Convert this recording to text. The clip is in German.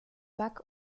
buck